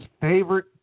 favorite